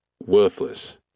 worthless